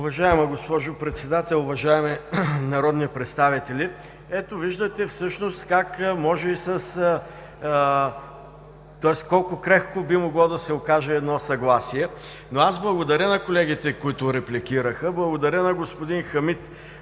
Уважаема госпожо Председател, уважаеми народни представители! Ето, виждате всъщност колко крехко би могло да се окаже едно съгласие. Аз благодаря на колегите, които репликираха, благодаря на господин Хамид